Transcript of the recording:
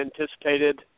anticipated